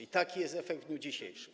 I taki jest efekt w dniu dzisiejszym.